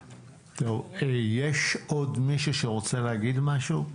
יש עוד מישהו שרוצה להגיד משהו?